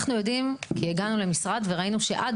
אנחנו יודעים שהגענו למשרד וראינו שעד